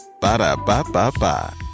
Ba-da-ba-ba-ba